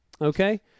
okay